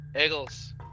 Eagles